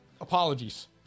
Apologies